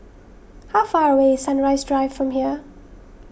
how far away is Sunrise Drive from here